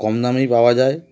কম দামেই পাওয়া যায়